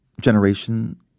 generation